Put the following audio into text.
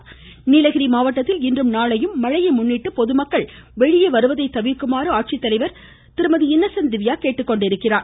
நீலகிரி மழை நீலகிரி மாவடட்த்தில் இன்றும் நாளையும் மழையை முன்னிட்டு பொதுமக்கள் வெளியே வருவதை தவிர்க்குமாறு ஆட்சித்தலைவர் திரு இன்னசன்ட் திவ்யா கேட்டுக்கொண்டுள்ளார்